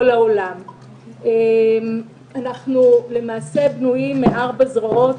אנחנו בנויים מארבע זרועות,